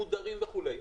יפגעו, מודרים וכולי.